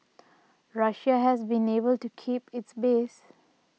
Russia has been able to keep its base